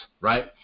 right